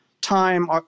time